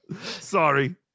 Sorry